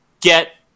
get